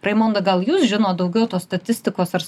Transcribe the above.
raimonda gal jūs žinot daugiau tos statistikos ar